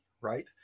right